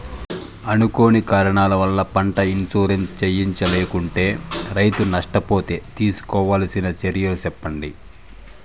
అనుకోని కారణాల వల్ల, పంట ఇన్సూరెన్సు చేయించలేకుంటే, రైతు నష్ట పోతే తీసుకోవాల్సిన చర్యలు సెప్పండి?